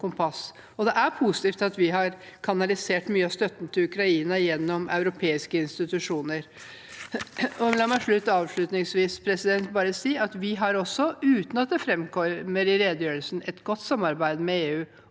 det er positivt at vi har kanalisert mye av støtten til Ukraina gjennom europeiske institusjoner. La meg avslutningsvis bare si at vi også har, uten at det framkommer i redegjørelsen, et godt samarbeid med EU